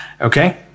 okay